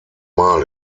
mal